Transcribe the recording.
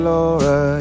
Laura